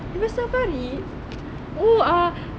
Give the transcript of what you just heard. river safari oh ah